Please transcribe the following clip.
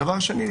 הדבר השני,